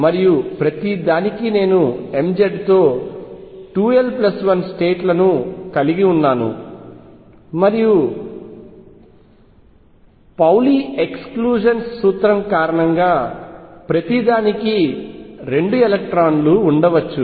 మరియు ప్రతిదానికి నేను mz తో 2l1 స్టేట్ లను కలిగి ఉన్నాను మరియు పౌలి ఎక్స్క్లూషన్ సూత్రం కారణంగా ప్రతిదానికి రెండు ఎలక్ట్రాన్ లు ఉండవచ్చు